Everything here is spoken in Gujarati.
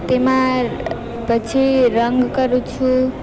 તેમાં પછી રંગ કરું છું